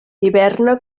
hiberna